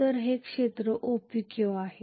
तर हे क्षेत्र OPQ आहे